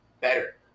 better